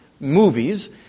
movies